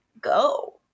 go